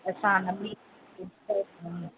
असां न बि